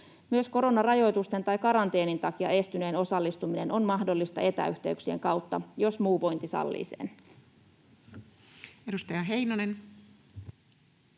Myös koronarajoitusten tai karanteenin takia estyneen osallistuminen on mahdollista etäyhteyksien kautta, jos muu vointi sen sallii. Edustaja Heinonen.